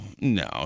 no